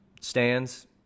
stands